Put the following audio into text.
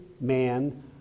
man